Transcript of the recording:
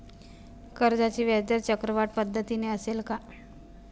कर्जाचा व्याजदर चक्रवाढ पद्धतीने असेल का?